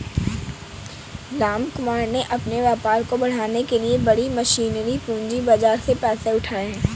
रामकुमार ने अपने व्यापार को बढ़ाने के लिए बड़ी मशीनरी पूंजी बाजार से पैसे उठाए